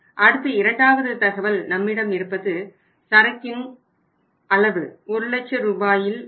அடுத்து இரண்டாவது தகவல் நம்மிடம் இருப்பது சரக்கின் அளவு அது லட்ச ரூபாயில் உள்ளது